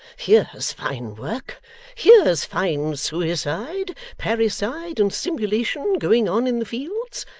here's fine work here's fine suicide, parricide, and simulation, going on in the fields!